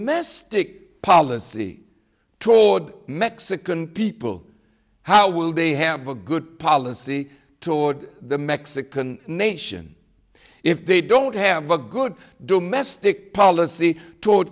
mystic policy toward mexican people how will they have a good policy toward the mexican nation if they don't have a good domestic policy toward